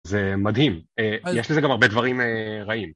זה מדהים, יש לזה גם הרבה דברים רעים.